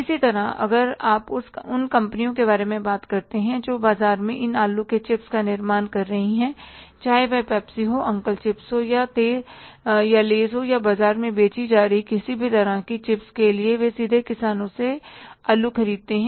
इसी तरह अगर आप उन कंपनियों के बारे में बात करते हैं जो बाजार में इन आलू के चिप्स का निर्माण कर रही हैं चाहे वह पेप्सी हो अंकल चिप्स हो या लेज या बाजार में बेची जा रही किसी भी तरह की चिप्स के लिए वे सीधे किसानों से आलू खरीदते हैं